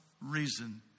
reason